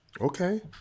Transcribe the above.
Okay